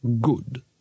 Good